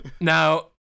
Now